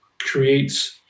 creates